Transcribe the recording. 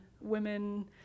women